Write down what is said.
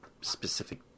specific